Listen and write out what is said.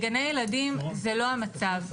בגני ילדים זה לא המצב.